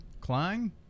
Klein